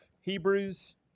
Hebrews